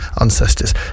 ancestors